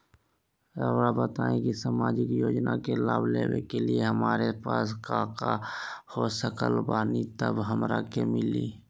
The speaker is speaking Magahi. रहुआ बताएं कि सामाजिक योजना के लाभ लेने के लिए हमारे पास काका हो सकल बानी तब हमरा के मिली?